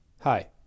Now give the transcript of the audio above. Hi